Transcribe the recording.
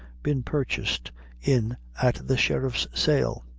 been purchased in at the sheriff's sale.